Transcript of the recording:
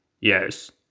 Yes